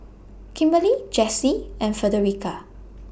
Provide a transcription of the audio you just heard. Kimberli Jessye and Frederica